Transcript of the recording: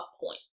point